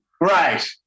Right